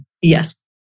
yes